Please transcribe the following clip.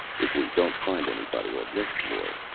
if we don't find anybody on this floor,